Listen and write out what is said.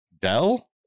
Dell